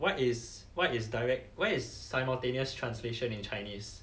what is what is direct what is simultaneous translation in chinese